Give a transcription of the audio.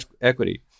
equity